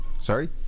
Sorry